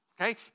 Okay